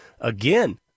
again